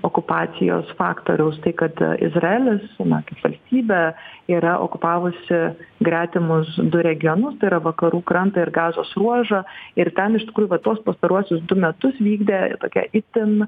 okupacijos faktoriaus tai kad izraelis na kaip valstybė yra okupavusi gretimus du regionus tai yra vakarų krantą ir gazos ruožą ir ten iš tikrųjų va tuos pastaruosius du metus vykdė tokią itin